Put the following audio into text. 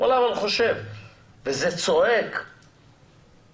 זה סימן טוב.